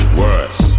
worse